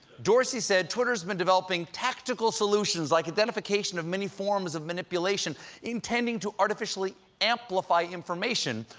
dorsey said twitter has been developing, tactical solutions like identification of many forms of manipulation intending to artificially amplify information,